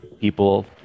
people